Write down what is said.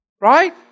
Right